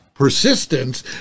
persistence